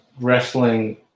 wrestling